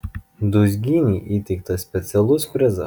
dūzgynei įteiktas specialus prizas